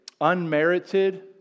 unmerited